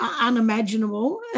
unimaginable